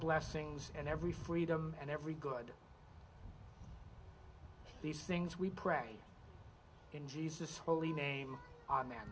blessings and every freedom and every good these things we pray in jesus holy name